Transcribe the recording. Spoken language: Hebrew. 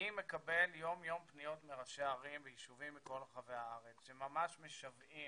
אני מקבל יום יום פניות מראשי ערים וישובים מכל רחבי הארץ שממש משוועים